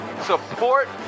support